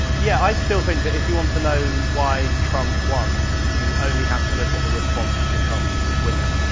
yeah, i still think that if you want um to know why trump won, you only have to look at the response to trump's winning.